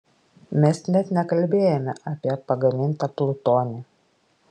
mes net nekalbėjome apie pagamintą plutonį